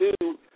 two